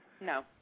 No